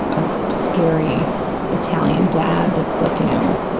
a scary italian dad that's like, you know,